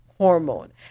hormone